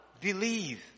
Believe